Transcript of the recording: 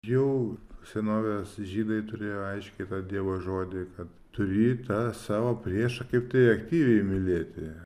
jau senovės žydai turėjo aiškiai tą dievo žodį kad turi tą savo priešą kaip tai aktyviai mylėti